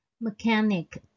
Mechanic